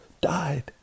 died